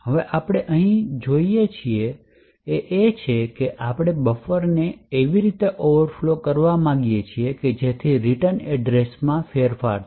હવે આપણે અહીં શું જોઈએ છે તે છે કે આપણે બફરને એવી રીતે ઓવરફ્લો કરવા માગીએ છીએ કે જેથી રીટર્ન એડ્રેસમાં ફેરફાર થાય